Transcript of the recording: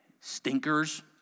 stinkers